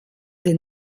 den